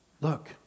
look